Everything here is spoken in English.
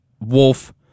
Wolf